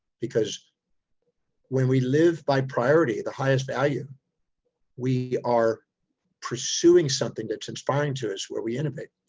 because when we live by priority, the highest value we are pursuing something that's inspiring to us where we innovate.